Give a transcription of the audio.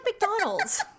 McDonald's